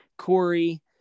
Corey